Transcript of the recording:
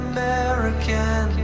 American